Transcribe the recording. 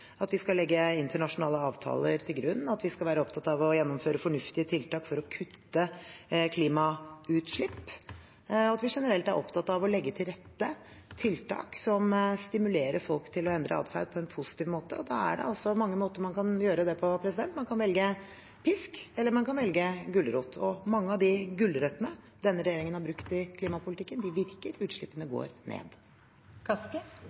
at vi skal legge internasjonale avtaler til grunn, at vi skal være opptatt av å gjennomføre fornuftige tiltak for å kutte klimagassutslipp, og at vi generelt er opptatt av å legge til rette for tiltak som stimulerer folk til å endre atferd på en positiv måte. Da er det mange måter man kan gjøre det på. Man kan velge pisk, eller man kan velge gulrot. Mange av de gulrøttene denne regjeringen har brukt i klimapolitikken, virker. Utslippene